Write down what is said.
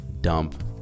dump